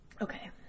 okay